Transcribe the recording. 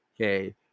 okay